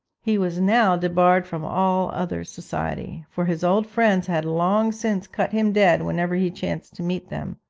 he was now debarred from all other society, for his old friends had long since cut him dead whenever he chanced to meet them.